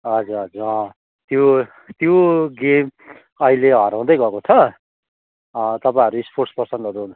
हजुर हजुर अँ त्यो त्यो गेम अहिले हराउँदै गएको छ तपाईँहरू स्पोट्सपर्सनहरू